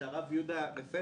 כשהרב יהודה רפאל,